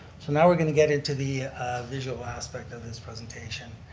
so now we're going to get into the visual aspect of this presentation.